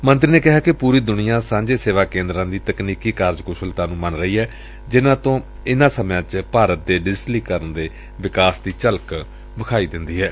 ਮੰਤਰੀ ਨੇ ਕਿਹਾ ਕਿ ਪੂਰੀ ਦੁਨੀਆਂ ਸਾਂਝੇ ਸੇਵਾ ਕੇਂਦਰਾਂ ਦੀ ਤਕਨੀਕੀ ਕਾਰਜਕੁਸ਼ਲਤਾ ਨੂੰ ਮੰਨ ਰਹੀ ਏ ਜਿਨ੍ਹਾਂ ਤੋਂ ਇਨ੍ਹਾਂ ਸਮਿਆਂ ਵਿਚ ਭਾਰਤ ਦੇ ਡਿਜਟਲੀਕਰਨ ਦੇ ਵਿਕਾਸ ਦੀ ਝਲਕ ਮਿਲਦੀ ਏ